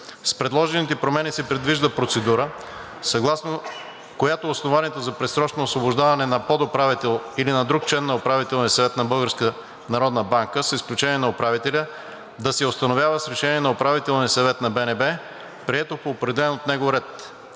С предложените промени се предвижда процедура, съгласно която основанието за предсрочно освобождаване на подуправител или на друг член на Управителния съвет на Българската народна банка, с изключение на управителя, да се установява с решение на Управителния съвет на БНБ, прието по определен от него ред.